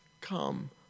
come